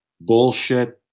bullshit